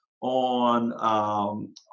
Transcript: on